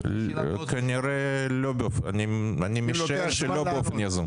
אני משער שלא באופן יזום.